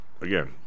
again